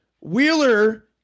Wheeler